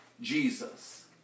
Jesus